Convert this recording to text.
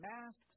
masks